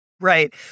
Right